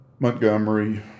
Montgomery